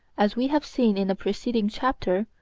as we have seen in a preceding chapter,